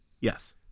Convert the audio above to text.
Yes